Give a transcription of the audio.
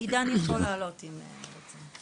עידן יכול לעלות אם אתה רוצה.